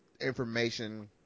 information